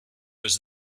was